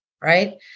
right